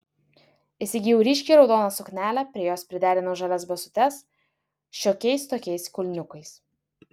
įsigijau ryškiai raudoną suknelę prie jos priderinau žalias basutes šiokiais tokiais kulniukais